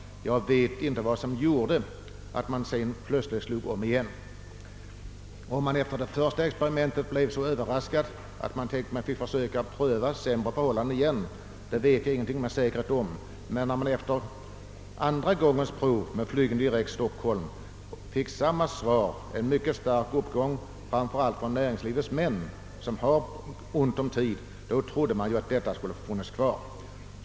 Jag känner inte till vad som var anledningen till att man sedan plötsligt gjorde en ändring. Om man efter det första experimentet blev så överraskad att man skulle pröva sämre förhållanden igen, vet jag ingenting med säkerhet om. Men när det efter andra gångens prov med flygning direkt till Stockholm blev en mycket stark uppgång framför allt genom att förbindelsen utnyttjades av näringslivets män, som har ont om tid, trodde man ju att flygningarna skulle få fortsätta.